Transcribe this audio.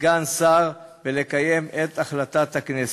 כסגן שר ולקיים את החלטות הכנסת.